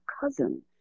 cousin